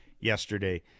yesterday